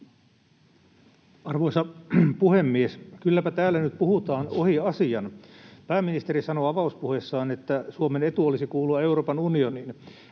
Arvoisa puhemies! Kylläpä täällä nyt puhutaan ohi asian. Pääministeri sanoi avauspuheessaan, että Suomen etu olisi kuulua Euroopan unioniin.